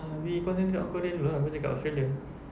we concentrate on korea dulu ah apa cakap australia